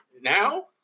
now